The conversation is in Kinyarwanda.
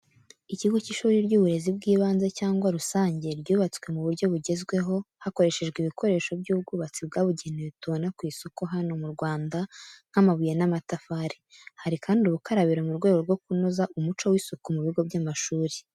Ikigo cy’ishuri ry’uburezi bw’ibanze cyangwa rusange, ryubatswe mu buryo bugezweho, hakoreshejwe ibikoresho by’ubwubatsi byabugenewe tubona ku isoko hano mu Rwanda nk’amabuye n’amatafari. Hari kandi ubukarabiro mu rwego rwo kunoza umuco w'isuku mu bigo by'amashuri.